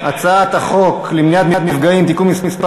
ההצעה להעביר את הצעת חוק למניעת מפגעים (תיקון מס'